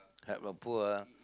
help the poor ah